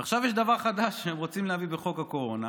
עכשיו יש דבר חדש שהם רוצים להביא בחוק הקורונה.